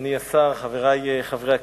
אדוני השר, חברי חברי הכנסת,